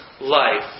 life